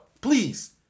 Please